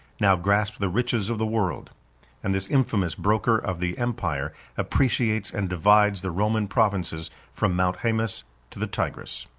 now grasps the riches of the world and this infamous broker of the empire appreciates and divides the roman provinces from mount haemus to the tigris.